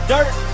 Dirt